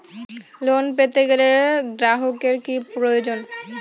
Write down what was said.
Loan পেতে গেলে গ্রাহকের কি প্রয়োজন?